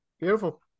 Beautiful